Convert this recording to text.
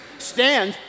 stand